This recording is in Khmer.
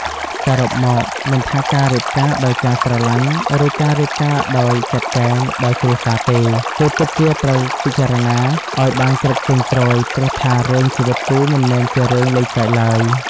សរុបមកមិនថាការរៀបការដោយការស្រលាញ់ ឬការរៀបការដោយចាត់ចែងដោយគ្រួសារទេ គឺពិតជាត្រូវពិចារណាឲ្យបានគ្រប់ជ្រុងជ្រោយ ព្រោះថា រឿងជីវិតគូមិនមែនជារឿងលេងសើចឡើយ។